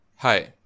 Hi